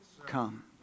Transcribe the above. Come